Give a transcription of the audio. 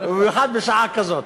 במיוחד בשעה כזאת.